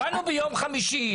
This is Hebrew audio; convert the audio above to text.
באנו ביום חמישי,